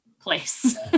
place